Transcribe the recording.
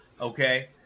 okay